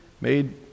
made